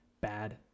bad